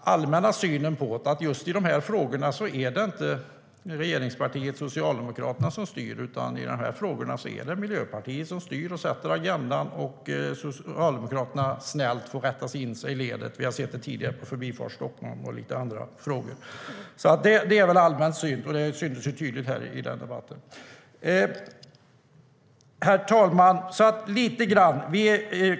allmänna synen är väl att just i de här frågorna är det inte regeringspartiet Socialdemokraterna som styr, utan i de här frågorna är det Miljöpartiet som styr och sätter agendan, och Socialdemokraterna får snällt rätta in sig i ledet. Vi har sett det tidigare när det gäller Förbifart Stockholm och i andra frågor. Det är väl den allmänna synen, och det syntes ju tydligt i den debatten. Herr talman!